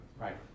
Right